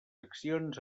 accions